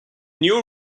new